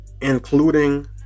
including